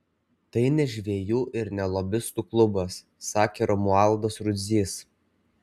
tai ne žvejų ir ne lobistų klubas sakė romualdas rudzys